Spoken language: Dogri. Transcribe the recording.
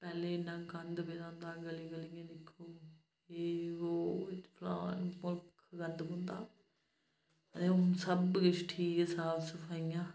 पैह्ले इन्ना गंद पेदा होंदा हा गली गलियें दिक्खो एह् ओह् गंद पौंदा हा ते हून सब किश ठीक ऐ साफ सफाइयां